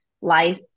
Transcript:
life